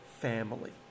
family